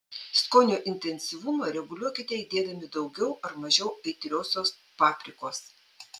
skonio intensyvumą reguliuokite įdėdami daugiau ar mažiau aitriosios paprikos